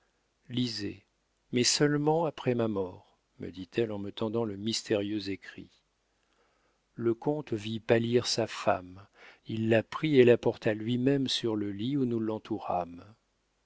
lisez mais seulement après ma mort me dit-elle en me tendant le mystérieux écrit le comte vit pâlir sa femme il la prit et la porta lui-même sur le lit où nous